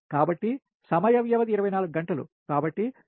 కాబట్టి సమయ వ్యవధి 24 గంటలు కాబట్టి ప్లాంట్ ఫాక్టర్ 37